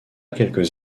quelques